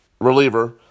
reliever